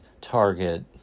Target